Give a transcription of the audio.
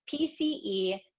PCE